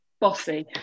bossy